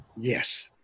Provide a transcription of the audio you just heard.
Yes